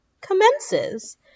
commences